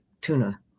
tuna